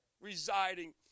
residing